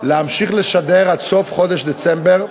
להמשיך לשדר עד סוף חודש דצמבר,